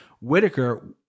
Whitaker